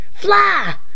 Fly